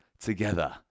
together